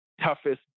toughest